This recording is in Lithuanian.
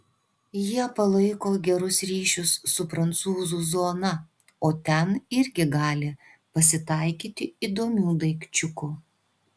jie palaiko gerus ryšius su prancūzų zona o ten irgi gali pasitaikyti įdomių daikčiukų